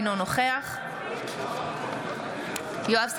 אינו נוכח יואב סגלוביץ'